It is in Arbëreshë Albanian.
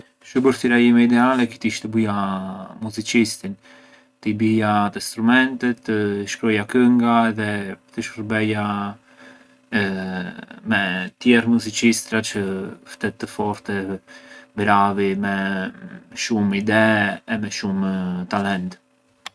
Shuburtira jime idheale kish ish të buja musiçistin, të i bija te strumentet, të shrkuaja kënga edhe të shurbeja me tjerë musiçistra çë ftetë të fort, bravi me shumë idee e me shumë talent.